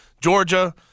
Georgia